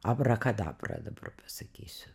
abrakadabra dabar pasakysiu